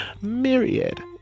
myriad